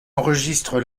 enregistre